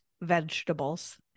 vegetables